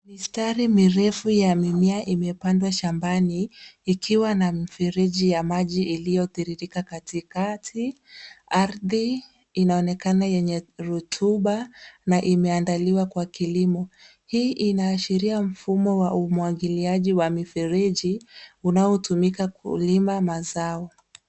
Mistari mirefu ya mimea imepandwa shambani, ikiwa na mrefu ya maji iliyotiririka katikati. Ardhi inaonekana yenye rotuba, na imeandaliwa kwa kilimo. Hii inaashiria mfumo ya umwangiliaji wa mifereji, unaotumika kulima mazao.